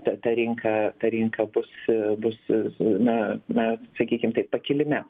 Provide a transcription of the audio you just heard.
ta ta rinka ta rinka bus bus na na sakykim taip pakilime